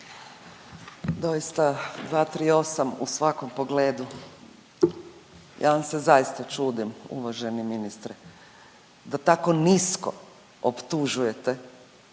Doista 238. u svakom pogledu. Ja vam se zaista čudim uvaženi ministre da tako nisko optužujete